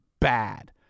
bad